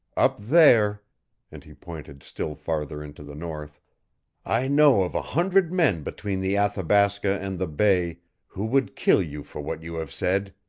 up there and he pointed still farther into the north i know of a hundred men between the athabasca and the bay who would kill you for what you have said.